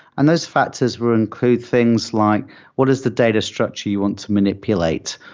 and those factors will include things like what is the data structure you want to manipulate?